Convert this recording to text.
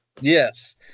Yes